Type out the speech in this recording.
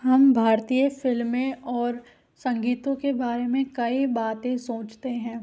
हम भारतीय फ़िल्में और संगीतों के बारे में कई बातें सोचते हैं